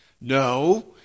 no